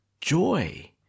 joy